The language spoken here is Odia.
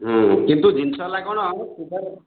ହୁଁ କିନ୍ତୁ ଜିନଷ ହେଲା କ'ଣ